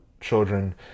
children